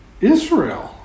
Israel